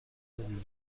روز